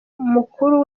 mukuru